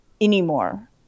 anymore